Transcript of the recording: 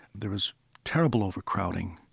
there's terrible overcrowding.